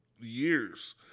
years